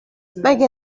مگه